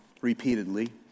repeatedly